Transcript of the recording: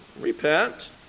repent